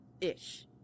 Ish